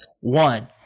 One